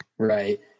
Right